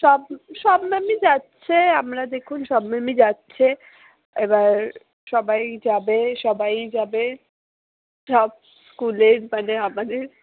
সব সব ম্যামই যাচ্ছে আমরা দেখুন সব ম্যামই যাচ্ছে এবার সবাই যাবে সবাই যাবে সব স্কুলের মানে আমাদের